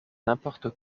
n’importe